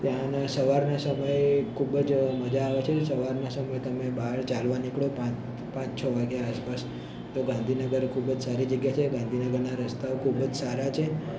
ત્યાંના સવારના સમયે ખૂબ જ મજા આવે છે સવારના સમયે તમે બહાર ચાલવા નીકળો પાંચ પાંચ છ વાગ્યા આસપાસ તો ગાંધીનગર ખૂબ જ સારી જગ્યા છે ગાંધીનગરના રસ્તાઓ ખૂબ જ સારા છે